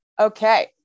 Okay